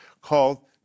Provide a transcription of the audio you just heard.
called